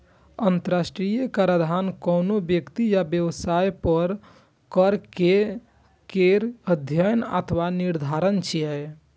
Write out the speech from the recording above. अंतरराष्ट्रीय कराधान कोनो व्यक्ति या व्यवसाय पर कर केर अध्ययन अथवा निर्धारण छियै